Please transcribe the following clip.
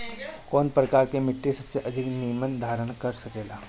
कौन प्रकार की मिट्टी सबसे अधिक नमी धारण कर सकेला?